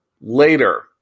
later